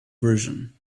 version